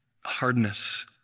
hardness